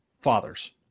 fathers